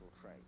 trade